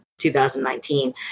2019